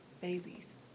babies